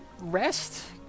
rest